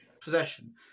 possession